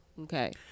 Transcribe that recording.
Okay